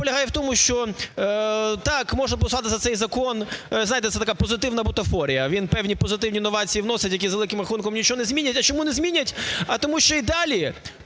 полягає в тому, що, так, можна проголосувати за цей закон, ви знаєте, це така позитивна бутафорія, він певні позитивні новації вносить, які за великим рахунком нічого не змінять. А чому не змінять? А, тому що і далі